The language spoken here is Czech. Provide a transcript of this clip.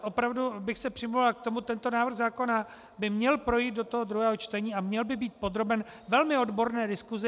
Opravdu bych se přimlouval, tento návrh zákona by měl projít do druhého čtení a měl by být podroben velmi odborné diskusi.